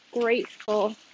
grateful